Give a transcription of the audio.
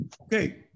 Okay